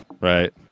right